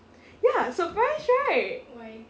ya surprised right